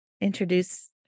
introduce